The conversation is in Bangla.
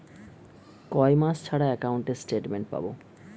কয় মাস ছাড়া একাউন্টে স্টেটমেন্ট পাব?